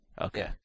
Okay